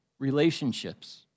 relationships